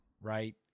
right